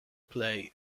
play